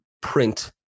print